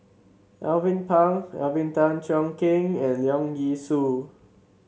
Alvin Pang Alvin Tan Cheong Kheng and Leong Yee Soo